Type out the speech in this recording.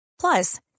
Plus